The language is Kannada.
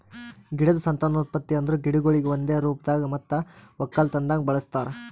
ಗಿಡದ್ ಸಂತಾನೋತ್ಪತ್ತಿ ಅಂದುರ್ ಗಿಡಗೊಳಿಗ್ ಒಂದೆ ರೂಪದಾಗ್ ಮತ್ತ ಒಕ್ಕಲತನದಾಗ್ ಬಳಸ್ತಾರ್